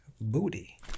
booty